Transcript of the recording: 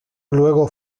luego